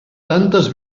tantes